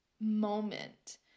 moment